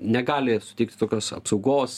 negali suteikti tokios apsaugos